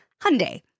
Hyundai